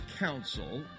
council